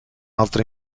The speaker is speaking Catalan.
altra